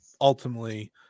ultimately